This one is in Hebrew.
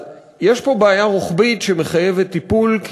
יש פה בעיה רוחבית שמחייבת טיפול,